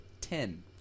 ten